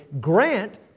grant